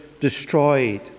destroyed